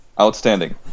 Outstanding